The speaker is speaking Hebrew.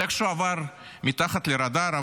זה איכשהו עבר מתחת לרדאר,